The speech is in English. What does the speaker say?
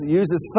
uses